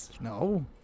No